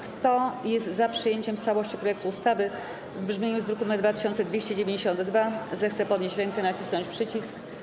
Kto jest za przyjęciem w całości projektu ustawy w brzmieniu z druku nr 2292, zechce podnieść rękę i nacisnąć przycisk.